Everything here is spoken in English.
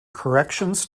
corrections